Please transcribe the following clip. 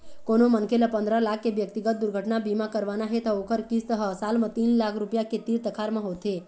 कोनो मनखे ल पंदरा लाख के ब्यक्तिगत दुरघटना बीमा करवाना हे त ओखर किस्त ह साल म तीन लाख रूपिया के तीर तखार म होथे